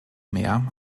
mehr